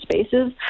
spaces